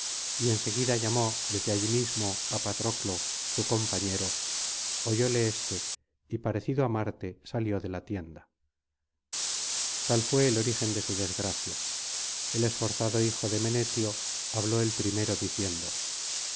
y en seguida llamó desde allí mismo á patroclo su compañero oyóle éste y parecido á marte salió de la tienda tal fué el origen de su desgracia el esforzado hijo de menetio habló el primero diciendo